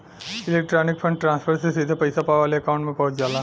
electronic fund transfer से सीधे पइसा पावे वाले के अकांउट में पहुंच जाला